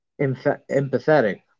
empathetic